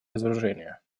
разоружения